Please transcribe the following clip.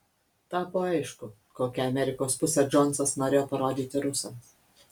tapo aišku kokią amerikos pusę džonsas norėjo parodyti rusams